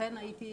אכן הייתי,